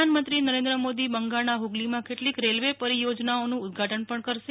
પ્રધાનમંત્રી નરેન્દ્ર મોદી બંગાળના ઠુગલીમાં કેટલીક રેલ્વે પરિયોજનાઓનું ઉદઘાટન પણ કરશે